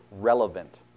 relevant